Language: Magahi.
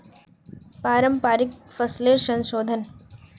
पारंपरिक फसलेर संशोधन